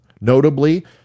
Notably